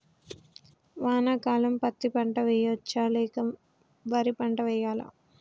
వానాకాలం పత్తి పంట వేయవచ్చ లేక వరి పంట వేయాలా?